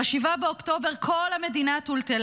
ב-7 באוקטובר כל המדינה טולטלה.